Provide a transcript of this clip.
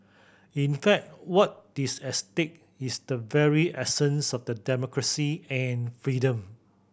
in fact what is at stake is the very essence of the democracy and freedom